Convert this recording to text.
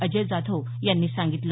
अजय जाधव यांनी सांगितलं